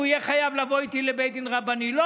יהיה חייב לבוא אתי לבית דין רבני.